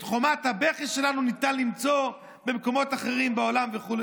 את חומת הבכי שלנו ניתן היה למצוא במקומות אחרים בעולם וכו'.